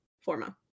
forma